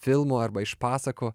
filmų arba iš pasakų